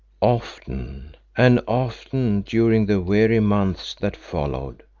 often and often during the weary months that followed,